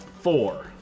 Four